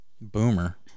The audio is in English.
Boomer